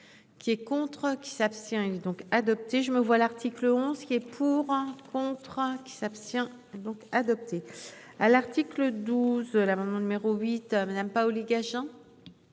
Qui est contre qui s'abstient donc adopté, je me vois l'article 11 qui est pour un contrat qui s'abstient donc adopté à l'article 12 l'amendement numéro 8 n'aime Paoli-Gagin.